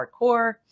hardcore